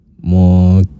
more